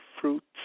fruits